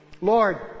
Lord